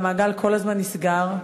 והמעגל כל הזמן נסגר,